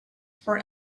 for